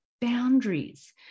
boundaries